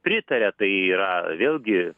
pritaria tai yra vėlgi